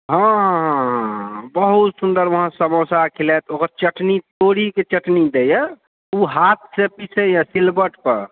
हँ हँ हँ बहुत सुन्दर वहाँ समोसा खिलायत ओकर चटनी पूरीके चटनी दैए ओ हाथ सऽ पीसेये सिलवट पर